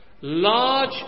large